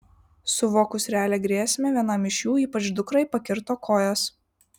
suvokus realią grėsmę vienam iš jų ypač dukrai pakirto kojas